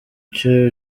icyo